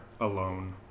alone